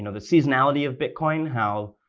and the seasonality of bitcoin, how,